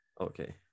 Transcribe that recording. okay